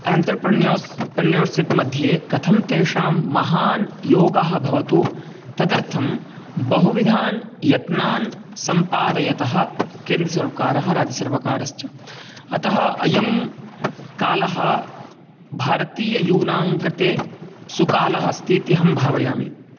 entrepreneurs entrepreneurship मध्ये कथं तेषां महान् योगः भवतु तदर्थं बहुविधान् यत्नान् सम्पादयतः केन्द्रसर्वकारः राज्यसर्वकारश्च अतः अयं कालः भारतीय यूनां कृते सुकालः अस्ति इति अहं भावयामि